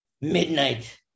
Midnight